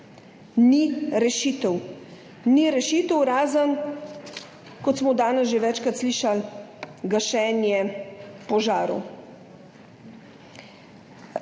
ni rešitev. Ni rešitev, razen, kot smo danes že večkrat slišali, gašenje požarov.